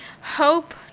hope